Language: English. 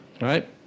right